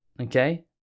okay